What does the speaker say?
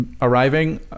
arriving